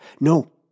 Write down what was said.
No